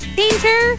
danger